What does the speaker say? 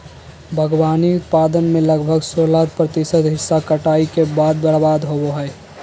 बागवानी उत्पादन में लगभग सोलाह प्रतिशत हिस्सा कटाई के बाद बर्बाद होबो हइ